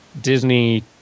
Disney